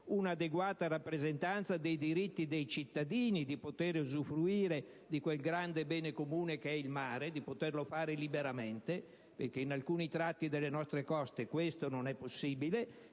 una adeguata rappresentanza dei diritti dei cittadini di poter usufruire di quel grande bene comune che è il mare e di poterlo fare liberamente, perché in alcuni tratti delle nostre coste ciò non è possibile